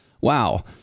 Wow